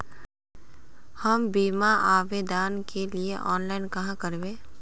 हम बीमा आवेदान के लिए ऑनलाइन कहाँ करबे?